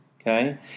Okay